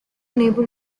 unable